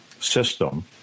system